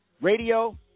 Radio